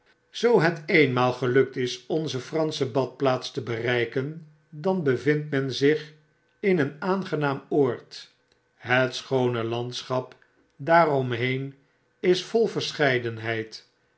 zoo het echter eenmaal gelukt is onze fransche badplaats te bereiken dan bevindt men zich in een aangenaam oord het schoone landschap daar omheen is vol verscheidenheid